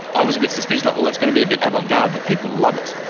i was a bit suspicious, like, that's going to be a bit avant-garde. but people love it.